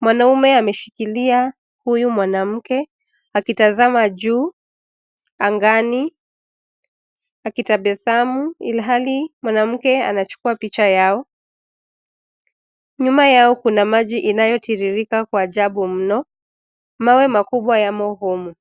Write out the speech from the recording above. Mwanaume ameshikilia huyu mwanamke akitazama juu angani akitabasamu ilhali mwanamke anachukua picha yao. Nyuma yao kuna maji inayotiririka kwa ajabu mno. Mawe makubwa yamo humo.